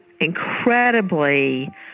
incredibly